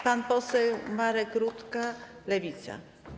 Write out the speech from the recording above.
Pan poseł Marek Rutka, Lewica.